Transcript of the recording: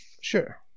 Sure